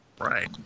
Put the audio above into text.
Right